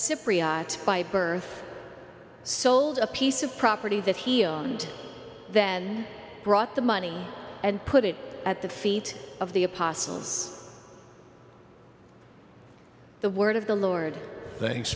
cypriot by birth sold a piece of property that he'll then brought the money and put it at the feet of the apostles the word of the lord th